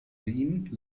wien